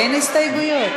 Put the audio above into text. אין הסתייגויות.